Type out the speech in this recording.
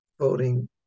voting